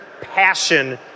passion